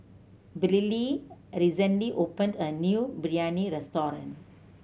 Briley recently opened a new Biryani restaurant